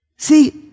See